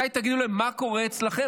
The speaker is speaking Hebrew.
מתי תגידו להם: מה קורה אצלכם?